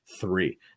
three